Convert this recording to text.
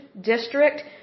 district